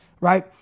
right